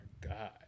God